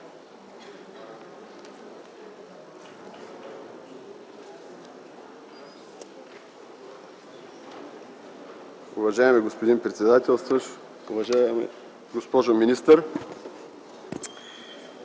Уважаеми господин председател, уважаема госпожо министър!